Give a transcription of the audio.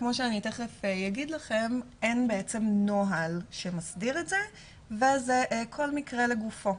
כמו שאני תיכף אגיד לכם אין נוהל שמסדיר את זה ואז כל מקרה לגופו,